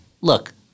look